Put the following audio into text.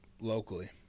locally